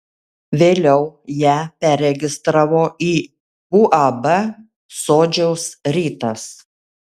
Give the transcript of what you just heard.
vėliau ją perregistravo į uab sodžiaus rytas